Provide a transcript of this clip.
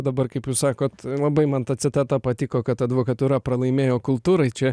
dabar kaip jūs sakot labai man ta citata patiko kad advokatūra pralaimėjo kultūrai čia